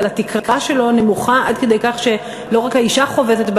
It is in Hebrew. אבל התקרה שלו נמוכה עד כדי כך שלא רק האישה חובטת בה